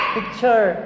Picture